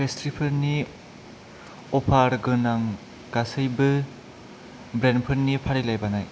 पेस्त्रिफोरनि अफार गोनां गासैबो ब्रेन्डफोरनि फारिलाइ बानाय